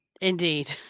Indeed